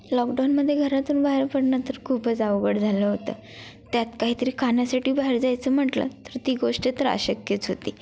लॉकडाऊनमध्ये घरातून बाहेर पडणं तर खूपच अवघड झालं होतं त्यात काहीतरी खाण्यासाठी बाहेर जायचं म्हटलं तर ती गोष्ट तर अशक्यच होती